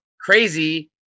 crazy